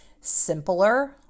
simpler